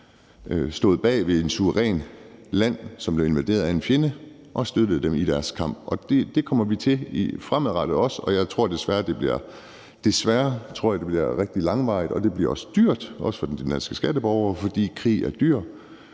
stået bag et suverænt land, som blev invaderet af en fjende, og støttet dem i deres kamp. Og det kommer vi til fremadrettet også, og jeg tror desværre, det bliver rigtig langvarigt, og det bliver også dyrt, også for de danske skatteborgere, fordi krig er dyrt.